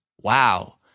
Wow